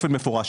באופן מפורש,